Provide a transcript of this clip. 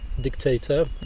dictator